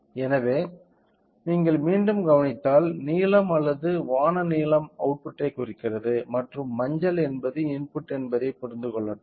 எனவே நீங்கள் மீண்டும் கவனித்தால் நீலம் அல்லது வானம் நீலம் அவுட்புட்டை குறிக்கிறது மற்றும் மஞ்சள் என்பது இன்புட் என்பதை புரிந்து கொள்ளட்டும்